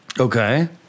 Okay